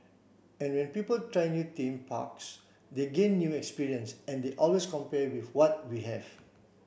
and when people try new theme parks they gain new experience and they always compare with what we have